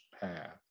path